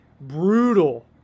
Brutal